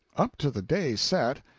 up to the day set,